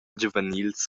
giuvenils